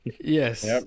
Yes